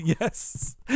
yes